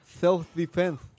self-defense